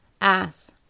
ass